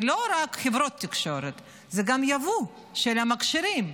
זה לא רק חברות תקשורת, זה גם היבוא של המכשירים.